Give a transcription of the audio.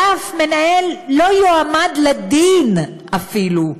ואף מנהל לא יועמד לדין אפילו.